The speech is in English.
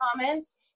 comments